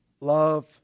love